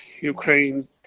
Ukraine